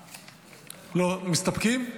מסתפקים?